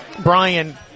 Brian